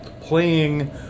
playing